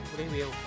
review